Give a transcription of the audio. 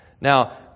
Now